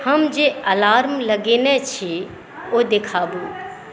हम जे अलार्म लगेने छी ओ देखाउ